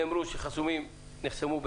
אני לא שיערתי שנעמיס על הדיון הזה.